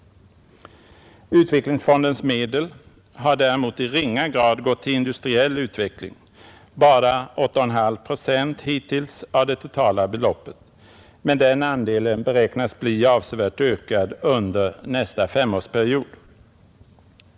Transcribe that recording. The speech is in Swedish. Utvecklingsfondens medel har däremot i ringa grad gått till industriell utveckling, bara 8,5 procent hittills av det totala beloppet, men den andelen beräknas bli avsevärt ökad under nästa femårsperiod.